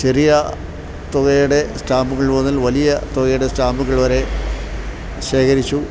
ചെറിയ തുകയുടെ സ്റ്റാമ്പുകൾ മുതൽ വലിയ തുകയുടെ സ്റ്റാമ്പുകൾ വരെ ശേഖരിച്ചു